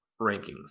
rankings